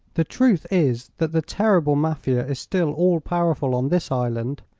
the truth is that the terrible mafia is still all powerful on this island,